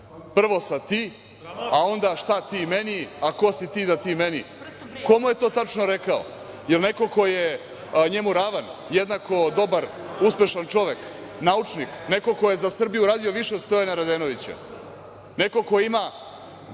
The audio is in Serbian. prvo sa – ti, a onda – šta ti meni, a ko si ti da ti meni. Ko mu je to tačno rekao? Jel neko ko je njemu ravan, jednako dobar uspešan čovek, naučnik, neko ko je za Srbiju uradio više od Stojana Radenovića, neko ko ima